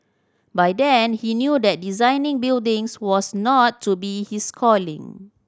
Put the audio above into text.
by then he knew that designing buildings was not to be his calling